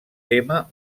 tema